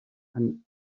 and